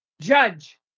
judge